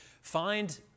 find